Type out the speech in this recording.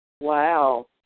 Wow